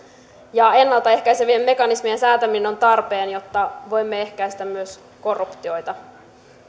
ja ennalta ehkäisevien mekanismien säätäminen on tarpeen jotta voimme ehkäistä myös korruptiota